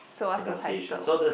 so what's the title